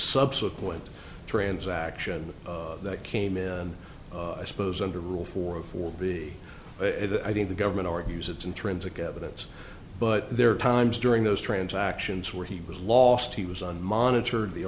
subsequent transaction that came in i suppose under a rule for a for b i think the government argues it's intrinsic evidence but there are times during those transactions where he was lost he was on monitored the